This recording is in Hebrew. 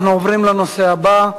אנחנו עוברים לנושא הבא.